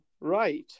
right